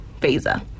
visa